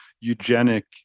eugenic